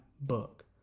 book